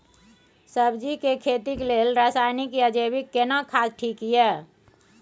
सब्जी के खेती लेल रसायनिक या जैविक केना खाद ठीक ये?